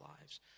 lives